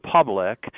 public